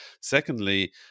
Secondly